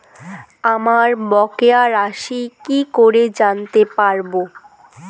আমার বকেয়া রাশি কি করে জানতে পারবো?